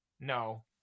No